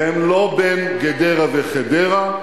והן לא בין גדרה וחדרה,